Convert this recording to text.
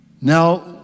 Now